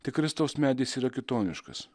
tai kristaus medis yra kitoniškas